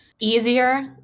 easier